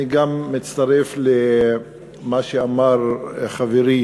אני גם מצטרף למה שאמר חברי